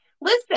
Listen